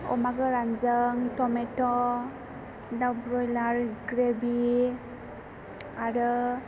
अमा गोरानजों थमेट' दाउ ब्रयलार ग्रेबि आरो